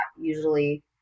usually